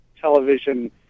television